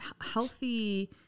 healthy